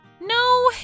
No